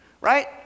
right